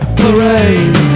parade